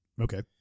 Okay